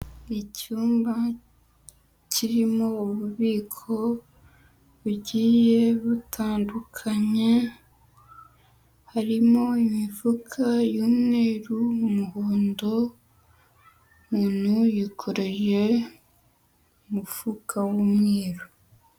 Icyumba kirimo ububiko bugiye butandukanye, harimo imifuka y'umweru, umuhondo, umuntu yikoreje umufuka w'umweru.